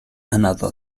another